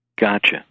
Gotcha